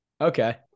Okay